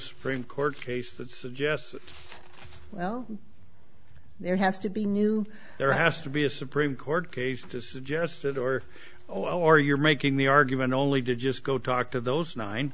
supreme court case that suggests well there has to be new there has to be a supreme court case to suggest it or or you're making the argument only to just go talk to those nine